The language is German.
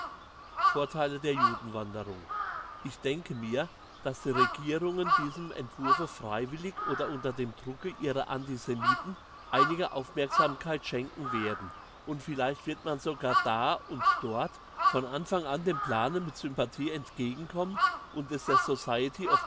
vortheile der judenwanderung ich denke mir dass die regierungen diesem entwurfe freiwillig oder unter dem drucke ihrer antisemiten einige aufmerksamkeit schenken werden und vielleicht wird man sogar da und dort von anfang an dem plane mit sympathie entgegenkommen und es